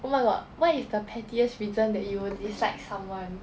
oh my god what is the pettiest reason that you would dislike someone